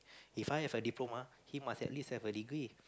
If I have a diploma he must at least have a degree